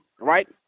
right